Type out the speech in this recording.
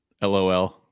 LOL